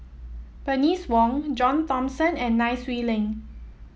Bernice Wong John Thomson and Nai Swee Leng